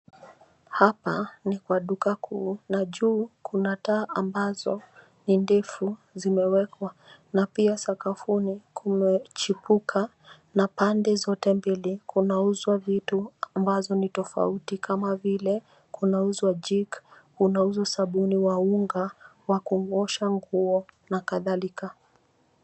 Hapa ni wa duka kuu na juu kuna taa ambazo ni ndefu zimewekwa na pia sakafuni kumechipuka na pande zote mbili kunauzwa vitu ambazo ni tofauti kama vile kunauzwa jik kunauzwa sabuni wa unga wa kuosha nguo na kadhalika.